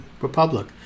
republic